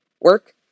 work